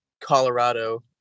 Colorado